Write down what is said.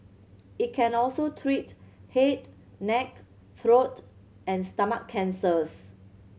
it can also treat head neck throat and stomach cancers